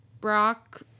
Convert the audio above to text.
Brock